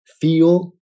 feel